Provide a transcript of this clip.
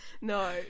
No